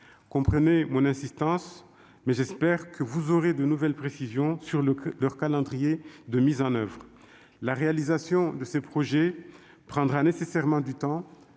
Comprenez mon insistance, mais j'espère que vous pourrez nous apporter de nouvelles précisions sur leur calendrier de mise en oeuvre. La réalisation de ces projets prendra nécessairement du temps,